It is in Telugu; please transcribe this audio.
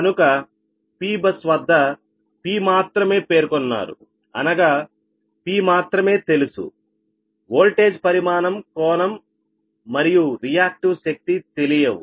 కనుక P బస్ వద్ద P మాత్రమే పేర్కొన్నారు అనగాP మాత్రమే తెలుసు ఓల్టేజ్ పరిమాణం కోణం మరియు రియాక్టివ్ శక్తి తెలియవు